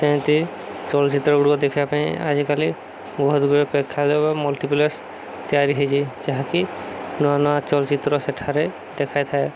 ସେମିତି ଚଳଚ୍ଚିତ୍ର ଗୁଡ଼ିକ ଦେଖିବା ପାଇଁ ଆଜିକାଲି ବହୁତ ଗୁଡ଼ିଏ ପ୍ରେକ୍ଷାଳୟ ବା ମଲ୍ଟିପ୍ଲେକ୍ସ ତିଆରି ହେଇଛି ଯାହାକି ନୂଆ ନୂଆ ଚଳଚ୍ଚିତ୍ର ସେଠାରେ ଦେଖାଇଥାଏ